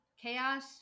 Chaos